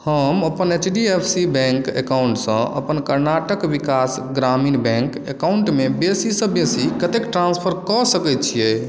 हम अपन H D F C bank अकाउंटसँ अपन कर्नाटक विकास ग्रामीण बैंक अकाउंटमे बेसीसँ बेसी कतेक ट्रांसफर कऽ सकै छियै